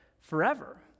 Forever